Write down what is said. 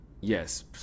Yes